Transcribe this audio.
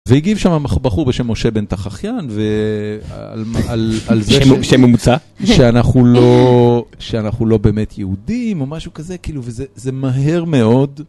והגיב שם בחור בשם משה בן תככייאן ועל זה ש... שם מומצא. שאנחנו לא באמת יהודים או משהו כזה כאילו, וזה מהר מאוד